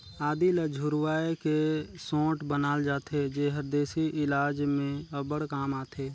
आदी ल झुरवाए के सोंठ बनाल जाथे जेहर देसी इलाज में अब्बड़ काम आथे